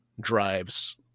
drives